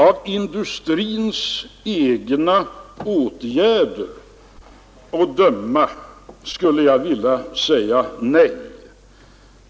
Av industrins egna åtgärder att döma skulle jag vilja svara nej på den frågan.